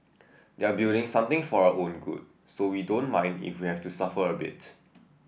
they're building something for our own good so we don't mind if we have to suffer a bit